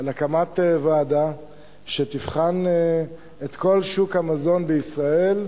על הקמת ועדה שתבחן את כל שוק המזון בישראל,